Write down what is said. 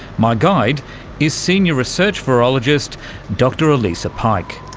my guide is senior research virologist dr alyssa pyke.